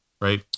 right